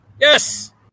Yes